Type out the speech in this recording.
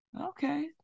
Okay